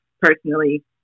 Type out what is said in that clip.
personally